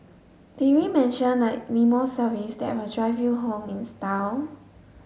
did we mention the limo service that will drive you home in style